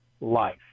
life